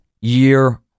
year